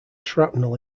shrapnel